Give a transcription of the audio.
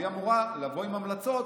והיא אמורה לבוא עם המלצות,